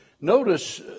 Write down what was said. Notice